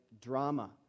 drama